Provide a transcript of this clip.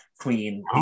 queen